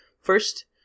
First